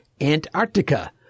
Antarctica